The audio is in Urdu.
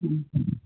ہوں